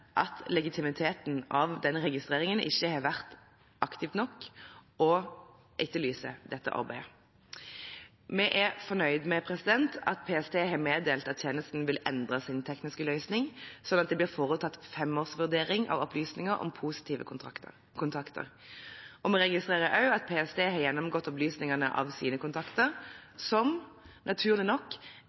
at legitimiteten av registreringen ikke har vært aktiv nok, og etterlyser dette arbeidet. Vi er fornøyd med at PST har meddelt at tjenesten vil endre sin tekniske løsning, slik at det blir foretatt femårsvurdering av opplysninger om positive kontakter. Vi registrerer også at PST har gjennomgått opplysninger av sine kontakter, som naturlig nok